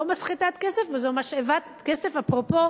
לא מסחטת כסף, זו משאבת כסף, אפרופו